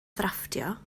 drafftio